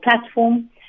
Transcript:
platform